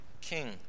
king